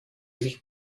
sich